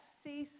see